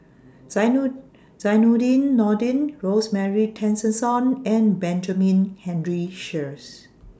Zainudin Nordin Rosemary Tessensohn and Benjamin Henry Sheares